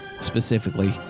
specifically